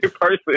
person